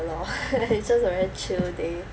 lor it's just a very chill day